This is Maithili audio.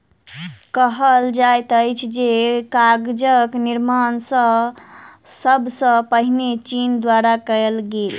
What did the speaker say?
कहल जाइत अछि जे कागजक निर्माण सब सॅ पहिने चीन द्वारा कयल गेल